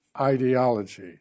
ideology